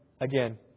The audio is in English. again